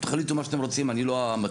תחליטו מה שאתם רוצים, אני לא המצביע.